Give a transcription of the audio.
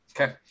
Okay